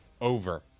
over